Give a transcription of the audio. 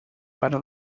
para